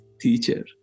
teacher